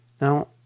Now